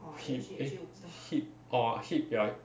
hip eh hip orh hip ya